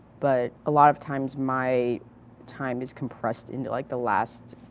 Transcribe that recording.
but a lot of times my time is compressed into like the last,